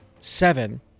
seven